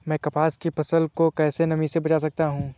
मैं कपास की फसल को कैसे नमी से बचा सकता हूँ?